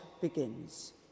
begins